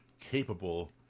capable